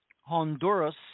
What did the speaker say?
Honduras